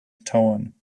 tauern